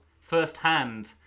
firsthand